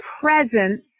presence